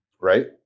right